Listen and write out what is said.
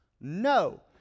No